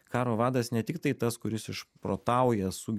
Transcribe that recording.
karo vadas ne tiktai tas kuris išprotauja